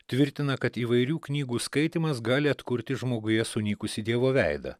tvirtina kad įvairių knygų skaitymas gali atkurti žmoguje sunykusį dievo veidą